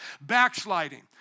Backsliding